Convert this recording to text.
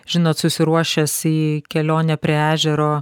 žinot susiruošęs į kelionę prie ežero